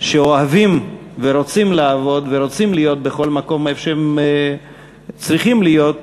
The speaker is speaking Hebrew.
שאוהבים ורוצים לעבוד ורוצים להיות בכל מקום שהם צריכים להיות,